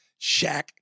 Shaq